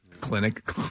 Clinic